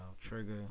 Trigger